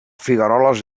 figueroles